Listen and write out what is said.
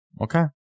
Okay